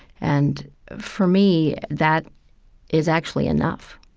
and for me, that is actually enough.